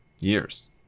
years